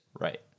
Right